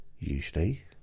usually